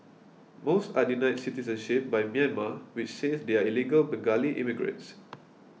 most are denied citizenship by Myanmar which says they are illegal Bengali immigrants